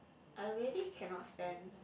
I really cannot stand